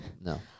No